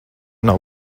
nav